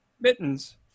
mittens